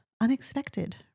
unexpected